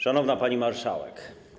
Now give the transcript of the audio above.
Szanowna Pani Marszałek!